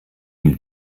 dem